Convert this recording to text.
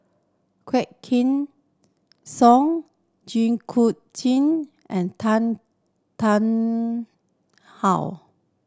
Quah Kim Song Jit Koon Ch'ng and Tan Tarn How